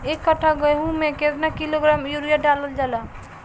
एक कट्टा गोहूँ में केतना किलोग्राम यूरिया डालल जाला?